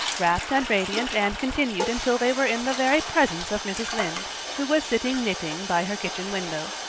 rapt and radiant anne continued until they were in the very presence of mrs. lynde, who was sitting knitting by her kitchen window.